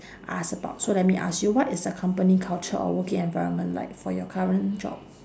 ask about so let me ask you what is the company culture or working environment like for your current job